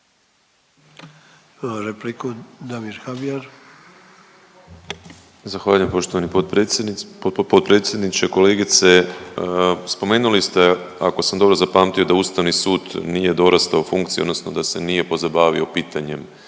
**Habijan, Damir (HDZ)** Zahvaljujem poštovani potpredsjedniče. Spomenuli ste ako sam dobro zapamtio da Ustavni sud nije dorastao funkciji, odnosno da se nije pozabavio pitanjem